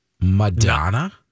Madonna